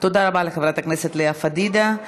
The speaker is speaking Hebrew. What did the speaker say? תודה רבה לחברת הכנסת לאה פדידה.